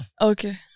okay